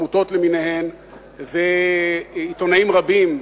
עמותות למיניהן ועיתונאים רבים,